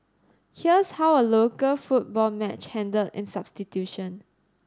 here's how a local football match handle in substitution